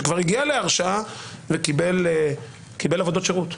שכבר הגיעו להרשעה והוא קיבל עבודות שירות.